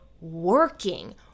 working